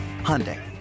Hyundai